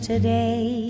Today